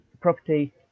property